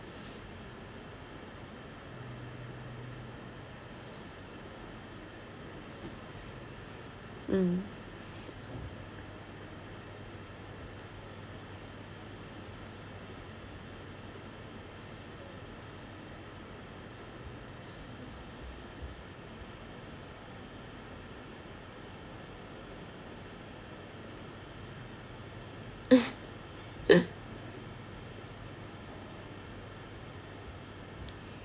mm